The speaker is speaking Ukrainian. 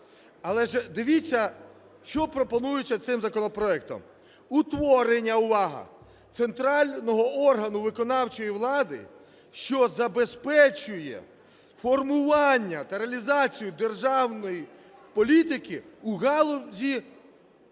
Але ж, дивіться, що пропонується цим законопроектом: утворення (увага!) центрального органу виконавчої влади, що забезпечує формування та реалізацію державної політики у галузі